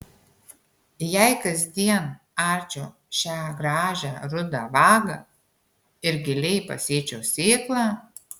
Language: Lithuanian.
jei kasdien arčiau šią gražią rudą vagą ir giliai pasėčiau sėklą